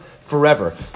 forever